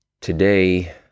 Today